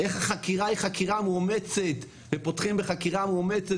איך החקירה היא חקירה מאומצת ופותחים בחקירה מאומצת